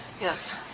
Yes